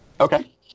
Okay